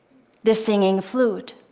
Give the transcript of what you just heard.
the singing flute,